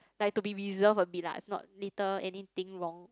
like to be reserved a bit lah if not later anything wrong